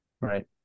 right